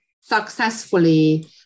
successfully